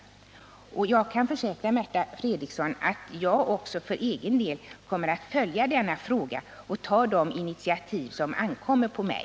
Jag kan försäkra Märta Fredrikson att jag för egen del kommer att följa denna fråga och ta de initiativ som ankommer på mig.